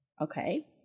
okay